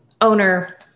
owner